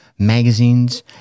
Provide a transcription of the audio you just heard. magazines